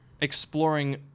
exploring